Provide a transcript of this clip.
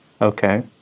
Okay